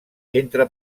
entre